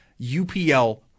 UPL